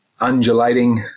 undulating